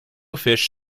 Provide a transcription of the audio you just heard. fish